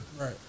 Right